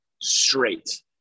straight